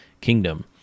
kingdom